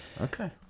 okay